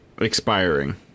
expiring